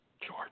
george